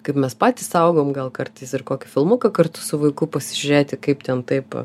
kaip mes patys augom gal kartais ir kokį filmuką kartu su vaiku pasižiūrėti kaip ten taip